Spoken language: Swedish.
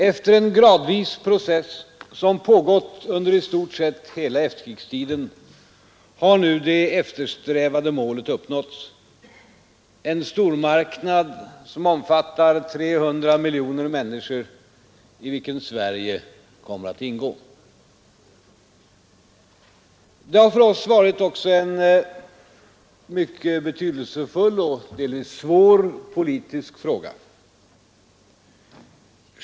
Efter en process, som pågått gradvis under i stort sett hela efterkrigstiden, har nu det eftersträvade målet uppnåtts: en stormarknad som omfattar 300 miljoner människor, i vilken Sverige kommer att ingå. Det har för oss varit en mycket betydelsefull och delvis svår politisk fråga.